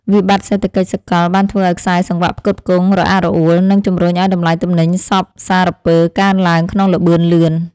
វិបត្តិសេដ្ឋកិច្ចសកលបានធ្វើឱ្យខ្សែសង្វាក់ផ្គត់ផ្គង់រអាក់រអួល និងជំរុញឱ្យតម្លៃទំនិញសព្វសារពើកើនឡើងក្នុងល្បឿនលឿន។